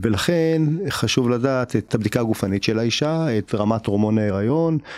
ולכן חשוב לדעת את הבדיקה הגופנית של האישה, את רמת הורמון ההיריון.